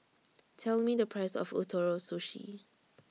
Tell Me The Price of Ootoro Sushi